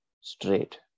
straight